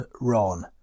Ron